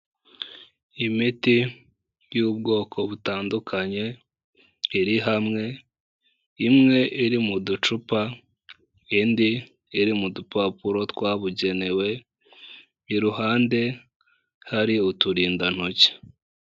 Imiti y'ubwoko butandukanye iri hamwe, imwe iri mu ducupa, indi iri mu dupapuro twabugenewe, iruhande hari uturindantoki.